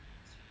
you know